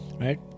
right